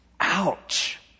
Ouch